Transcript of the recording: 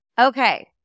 Okay